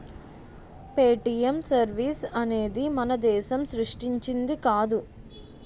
Paytm service అనేది మన దేశం సృష్టించింది కాదు